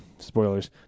spoilers